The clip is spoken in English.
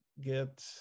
get